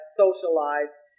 socialized